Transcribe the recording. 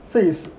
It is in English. so is